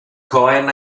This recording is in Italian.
cohen